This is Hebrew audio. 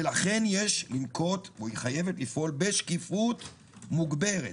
ולכן היא חייבת לפעול בשקיפות מוגברת.